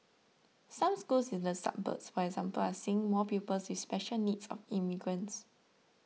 some schools in the suburbs for example are seeing more pupils with special needs or immigrants